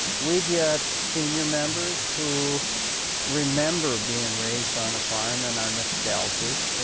we get senior members who remember being raised on a farm and are nostalgic.